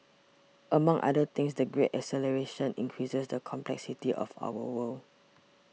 among other things the Great Acceleration increases the complexity of our world